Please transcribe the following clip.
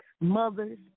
mothers